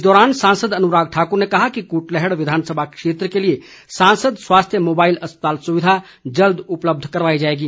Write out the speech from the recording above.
इस दौरान सांसद अनुराग ठाकुर ने कहा कि कुटलैहड़ विधानसभा क्षेत्र के लिए सांसद स्वास्थ्य मोबाइल अस्पताल सुविधा जल्द उपलब्ध करवाई जाएगी